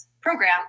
program